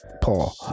Paul